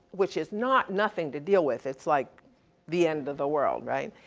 which is not nothing to deal with. it's like the end of the world, right?